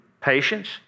patience